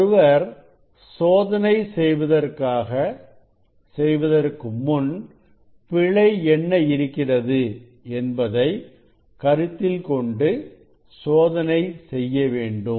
ஒருவர் சோதனை செய்வதற்கு முன் பிழை என்ன இருக்கிறது என்பதை கருத்தில் கொண்டு சோதனை செய்ய வேண்டும்